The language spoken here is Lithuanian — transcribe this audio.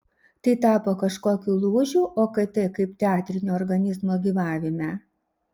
tai tapo kažkokiu lūžiu okt kaip teatrinio organizmo gyvavime